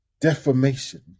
defamation